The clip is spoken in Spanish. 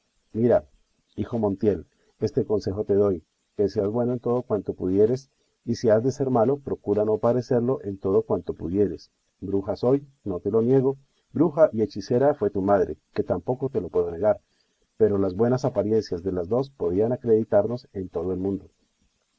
mira hijo montiel este consejo te doy que seas bueno en todo cuanto pudieres y si has de ser malo procura no parecerlo en todo cuanto pudieres bruja soy no te lo niego bruja y hechicera fue tu madre que tampoco te lo puedo negar pero las buenas apariencias de las dos podían acreditarnos en todo el mundo